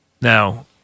Now